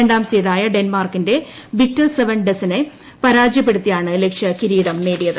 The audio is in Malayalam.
രണ്ടാം സ്വീഡായ ഡെൻമാർക്കിന്റെ വിക്ടർ സെവൻ ഡെസനെ പരാജയപ്പെടുത്തിയാണ് ലക്ഷ്യ കിരീടം നേടിയത്